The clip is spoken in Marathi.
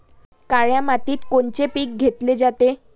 काळ्या मातीत कोनचे पिकं घेतले जाते?